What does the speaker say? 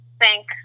thank